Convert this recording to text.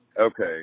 Okay